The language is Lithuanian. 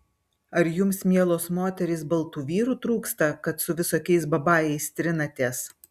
ar jums mielos moterys baltų vyrų trūksta kad su visokiais babajais trinatės